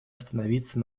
остановиться